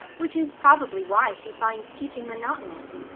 which is probably why she finds teaching monotonous.